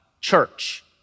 church